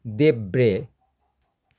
देब्रे